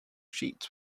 sheets